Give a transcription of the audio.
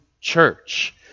church